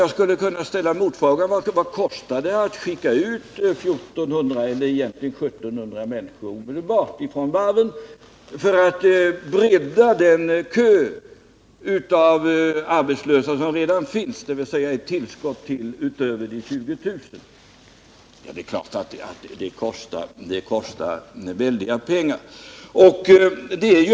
Jag skulle kunna ställa en motfråga: Vad kostar det att omedelbart skicka ut 1700 människor från varven för att bredda den kö av arbetslösa som redan finns, dvs. ett tillskott utöver de redan 20 000? Det är klart att det kostar väldiga pengar.